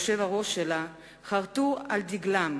היושב-ראש שלה, חרתו על דגלם